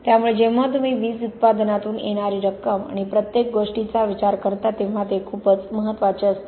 त्यामुळे जेव्हा तुम्ही वीज उत्पादनातून येणारी रक्कम आणि प्रत्येक गोष्टीचा विचार करता तेव्हा ते खूपच महत्त्वाचे असते